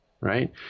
right